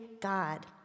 God